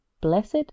blessed